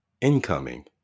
Incoming